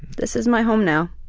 this is my home now.